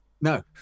No